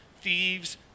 thieves